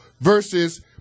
versus